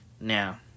now